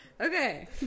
Okay